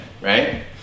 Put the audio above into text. right